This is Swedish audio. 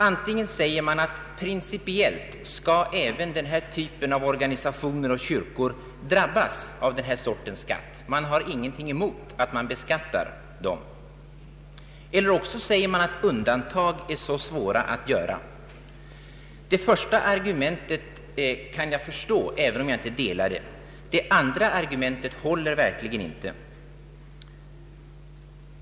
Antingen anser man att principiellt skall även ideella organisationer och kyrkor drabbas av denna sorts skatt — man har alltså ingenting emot att de beskattas — eller också anser man att undantag är svåra att göra. Det första argumentets karaktär kan jag förstå, även om jag inte delar det. Det andra argumentet håller verkligen inte.